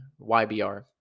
YBR